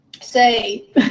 say